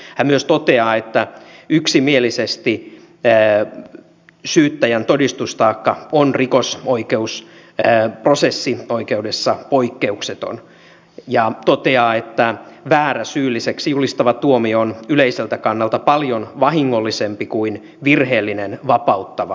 hän myös toteaa että yksimielisesti syyttäjän todistustaakka on rikosprosessioikeudessa poikkeukseton ja toteaa että väärä syylliseksi julistava tuomio on yleiseltä kannalta paljon vahingollisempi kuin virheellinen vapauttava tuomio